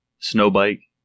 snowbike